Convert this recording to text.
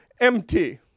empty